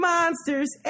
Monsters